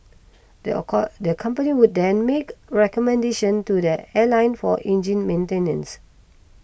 the the company would then make recommendation to the airline for engine maintenance